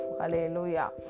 Hallelujah